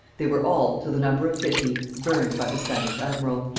they were all, to the number of fifty, burned by the spanish admiral.